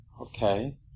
okay